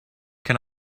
can